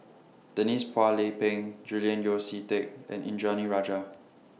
Denise Phua Lay Peng Julian Yeo See Teck and Indranee Rajah